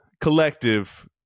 collective